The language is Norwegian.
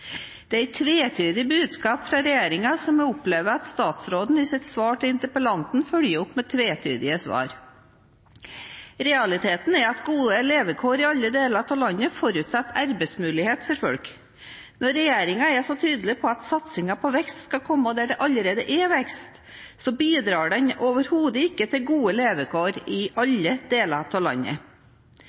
Det er et tvetydig budskap fra regjeringen som jeg opplever at statsråden i sitt svar til interpellanten følger opp med tvetydige svar. Realiteten er at gode levekår i alle deler av landet forutsetter arbeidsmuligheter for folk. Når regjeringen er så tydelig på at satsingen på vekst skal komme der det allerede er vekst, så bidrar den overhodet ikke til gode levekår i alle deler av landet.